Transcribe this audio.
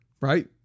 right